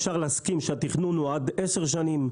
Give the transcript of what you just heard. אפשר להסכים שהתכנון הוא עד עשר שנים,